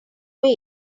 way